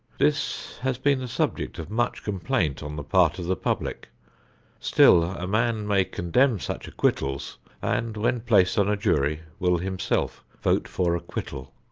this has been the subject of much complaint on the part of the public still a man may condemn such acquittals and when placed on a jury will himself vote for acquittal.